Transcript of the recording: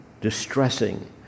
distressing